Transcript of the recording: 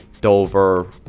Dover